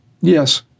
Yes